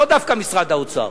לא דווקא משרד האוצר,